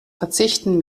verzichten